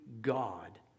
God